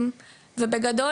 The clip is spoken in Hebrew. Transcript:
ובגדול,